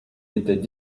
étaient